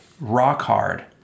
rock-hard